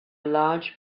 large